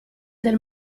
del